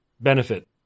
benefit